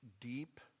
deep